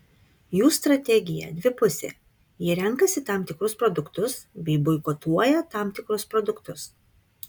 jų strategija dvipusė jie renkasi tam tikrus produktus bei boikotuoja tam tikrus produktus